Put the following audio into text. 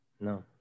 No